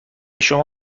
شما